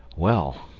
well,